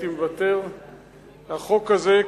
החוק הזה,